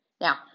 now